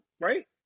right